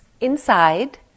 inside